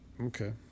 okay